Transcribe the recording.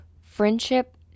friendship